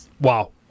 Wow